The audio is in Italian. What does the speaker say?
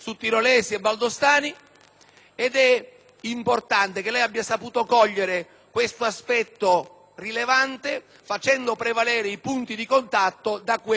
questo aspetto rilevante, facendo prevalere i punti di contatto rispetto a quelli che avrebbero potuto determinare un dissenso.